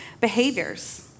behaviors